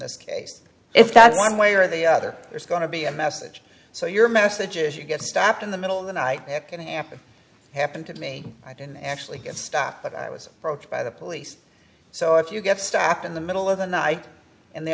this case if that's one way or the other there's going to be a message so your message is you get stopped in the middle of the night it can happen happened to me i didn't actually get stopped but i was approached by the police so if you get stopped in the middle of the night and the